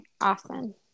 Awesome